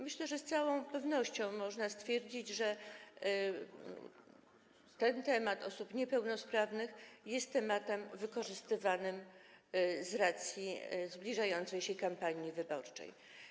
Myślę, że z całą pewnością można stwierdzić, że temat osób niepełnosprawnych jest tematem wykorzystywanym z racji zbliżającej się kampanii wyborczej.